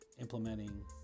implementing